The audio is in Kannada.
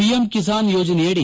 ಪಿಎಂ ಕಿಸಾನ್ ಯೋಜನೆಯಡಿ